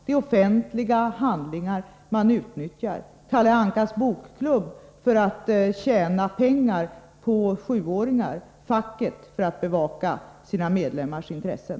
Det är offentliga handlingar man utnyttjar — Kalle Ankas bokklubb för att tjäna pengar på 7-åringar, facket för att bevaka sina medlemmars intressen.